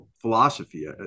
philosophy